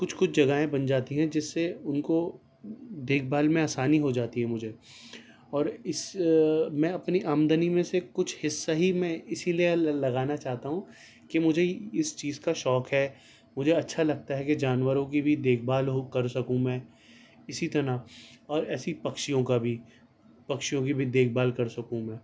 کچھ کچھ جگہیں بن جاتی ہیں جس سے ان کو دیکھ بھال میں آسانی ہو جاتی ہے مجھے اور اس میں اپنی آمدنی میں سے کچھ حصہ ہی میں اسی لیے لگانا چاہتا ہوں کہ مجھے اس چیز کا شوق ہے مجھے اچھا لگتا ہے کہ جانوروں کی بھی دیکھ بھال ہو کر سکوں میں اسی طرح اور ایسے ہی پکھشیوں کا بھی پکھشیوں کی بھی دیکھ بھال کر سکوں میں